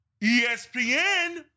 ESPN